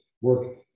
work